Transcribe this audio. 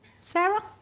Sarah